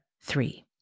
three